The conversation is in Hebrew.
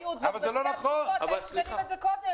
כאן.